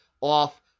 off